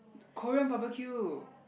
Korean Barbecue